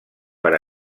per